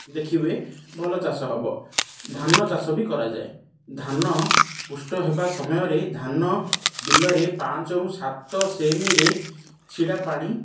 ଦେଖିବେ ଭଲ ଚାଷ ହେବ ଧାନ ଚାଷ ବି କରାଯାଏ ଧାନ ପୃଷ୍ଟ ହେବା ସମୟରେ ଧାନ ବିଲରେ ପାଞ୍ଚରୁ ସାତ ସେମିରେ ଛିଡ଼ା ପାଣି